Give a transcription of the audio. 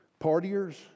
partiers